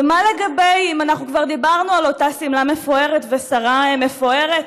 ואם אנחנו כבר דיברנו על אותה שמלה מפוארת ושרה מפוארת,